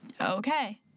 okay